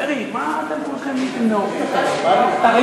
פרי, מה אתם כולכם, תגיד, אתה נורמלי?